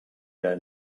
era